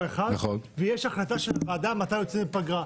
אחד ויש החלטה של הוועדה מתי יוצאים לפגרה.